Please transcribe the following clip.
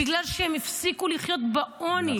בגלל שהן הפסיקו לחיות בעוני.